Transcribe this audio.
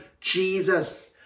Jesus